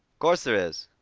course there is,